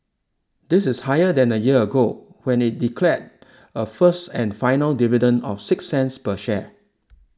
this is higher than a year ago when it declared a first and final dividend of six cents per share